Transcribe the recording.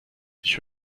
sich